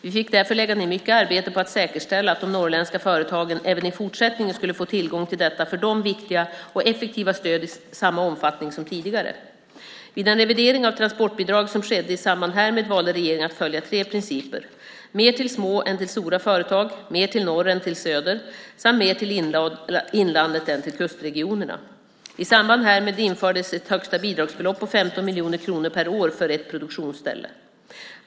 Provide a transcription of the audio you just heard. Vi fick därför lägga ned mycket arbete på att säkerställa att de norrländska företagen även i fortsättningen skulle få tillgång till detta för dem viktiga och effektiva stöd i samma omfattning som tidigare. Vid den revidering av transportbidraget som skedde i samband härmed valde regeringen att följa tre principer: mer till små än till stora företag, mer till norr än till söder samt mer till inlandet än till kustregionerna. I samband härmed infördes ett högsta bidragsbelopp på 15 miljoner kronor per år för ett produktionsställe.